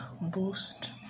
boost